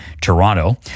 Toronto